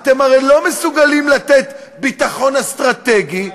אתם הרי לא מסוגלים לתת ביטחון אסטרטגי,